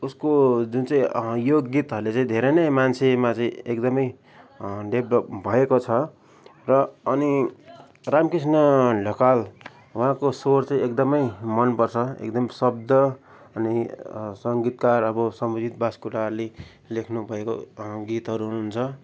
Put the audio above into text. उसको जुन चाहिँ यो गीतहरूले चाहिँ धेरै नै मान्छेमा चाहिँ एकदमै डेभलप भएको छ र अनि रामकृष्ण ढकाल उहाँको स्वर चाहिँ एकदमै मनपर्छ एकदम शब्द अनि सङ्गीतकार अब सम्भुजित बास्कोटाले लेख्नुभएको गीतहरू हुन्छ